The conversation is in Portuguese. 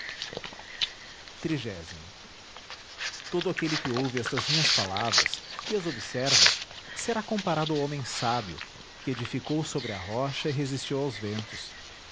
juntos odo aquele que ouve estas minhas palavras e as observa será comparado ao homem sábio que edificou sobre a rocha e resistiu aos ventos